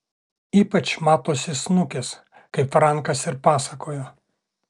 ypač matosi snukis kaip frankas ir pasakojo